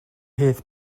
peth